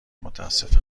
متاسفم